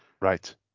Right